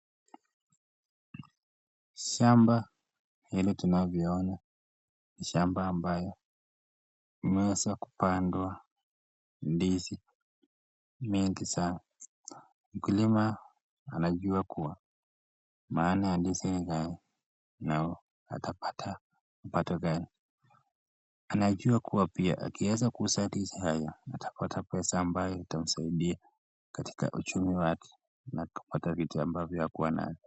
shamba vile tunavyo ona ni shamba ambayo imeweza kupandwa ndizi, mengi sana, mkulima anajua kuwa maana ya ndizi atapata mapato gani. Anajua kuwa pia akiweza kuuza ndizi haya atapata pesa ambayo itamsaidia katika uchumi wake na kupata vitu ambavyo hatakuwa nayo.